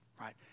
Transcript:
right